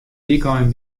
wykein